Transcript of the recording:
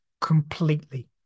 completely